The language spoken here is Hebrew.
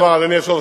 אדוני היושב-ראש,